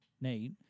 Nate